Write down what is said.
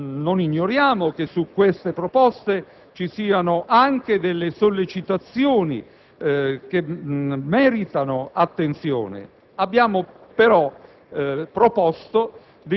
Non ignoriamo che su tali proposte vi siano anche delle sollecitazioni che meritano attenzione.